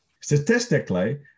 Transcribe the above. Statistically